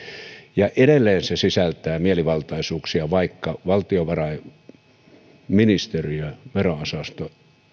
ja edelleen se sisältää mielivaltaisuuksia ja vaikka valtiovarainministeriön vero osaston